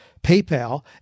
PayPal